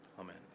amen